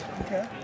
okay